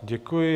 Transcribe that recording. Děkuji.